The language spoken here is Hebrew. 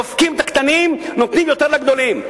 דופקים את הקטנים ונותנים יותר לגדולים.